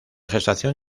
gestación